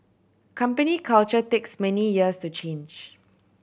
company culture takes many years to change